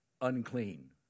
unclean